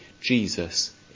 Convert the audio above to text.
Jesus